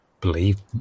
believe